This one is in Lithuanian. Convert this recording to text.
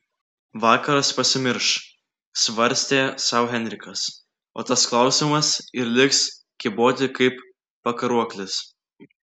vakaras pasimirš svarstė sau henrikas o tas klausimas ir liks kyboti kaip pakaruoklis